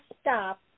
stop